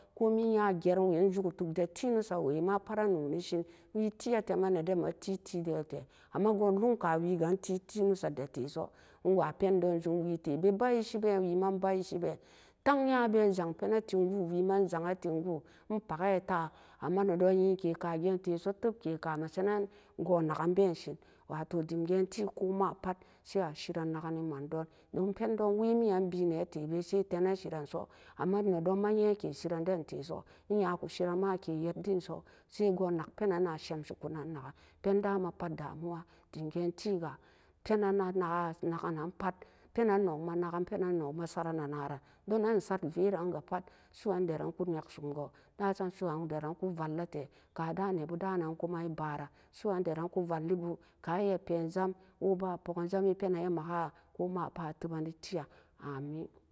Ko mai ya waa a juki ga ya pat be noonisen tuunoksa wee ma bee noonisen wee tee a tee ma nee den ma tee a tee den maa ree tee amma go'an logk ka wee ga tee to'unoksa da tee soo e wa pendon jum wee tee bee bat isi been wee ma baat isi bee tan ya'a bee jang penee tim gu wee man jan'g penee tim gu e pakee ta'a amma nedon yee kee ka ga'an tee soo tep kee ka go'an naken been seen wa too dem ga'n tee ko ma pat sai a seren e man don dem peri don wee mii an bee nee tebe sai tenen serin so amma nedon ma yee ke seran dan te soo e nya ku seran ma a kee yed den so sai gu'n nak penan ma semse ko nan-na pen da ma pat pen da ma damuwa dem ga'an tee ga pen nan-na a naken nan pat penan nok ma naken a na ran penan nok sat vee ran- ga pat su'uandaran ku nek som goo da sam su'uandaran ku valla tee kaa dan nebu da nan e baran su'u daran ku valle too kan ma pee jam woo bu a poken jam e penan maka ran ko ma pat a teben e tee'an amin.